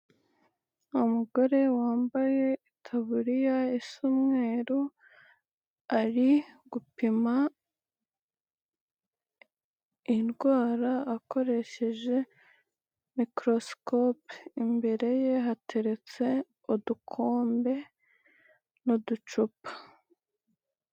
Umugore wambaye itaburiya asa umweru, ari gupima, indwara akoresheje mikorosikope, imbere ye hateretse udukombe n'uducupa.